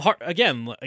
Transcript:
again